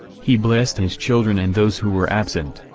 he blessed and his children and those who were absent,